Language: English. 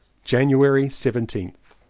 january seventeenth.